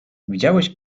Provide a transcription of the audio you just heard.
widziałeś